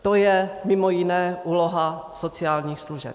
To je mimo jiné úloha sociálních služeb.